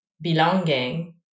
belonging